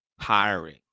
hiring